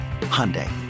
Hyundai